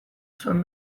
zuen